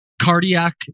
cardiac